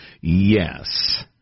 Yes